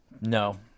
No